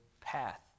path